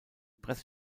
presse